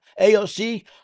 AOC